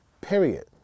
Period